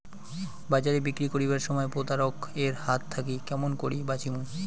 বাজারে বিক্রি করিবার সময় প্রতারক এর হাত থাকি কেমন করি বাঁচিমু?